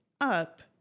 up